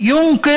משום שהוא שהמריץ